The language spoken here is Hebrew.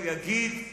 הוא יגיד,